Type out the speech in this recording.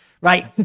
Right